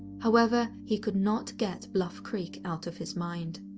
however, he could not get bluff creek out of his mind.